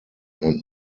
nennt